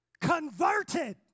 converted